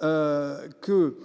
Que.